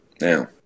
now